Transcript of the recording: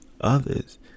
Others